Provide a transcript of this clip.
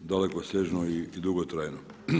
dalekosežno i dugotrajno.